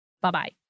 Bye-bye